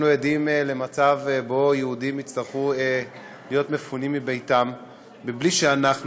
אנחנו עדים למצב שבו יהודים יצטרכו להיות מפונים מביתם בלי שאנחנו,